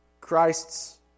Christ's